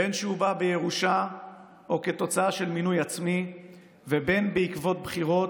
בין שהוא בא בירושה או כתוצאה של מינוי עצמי ובין בעקבות בחירות,